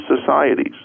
societies